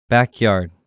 Backyard